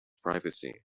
privacy